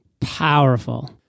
Powerful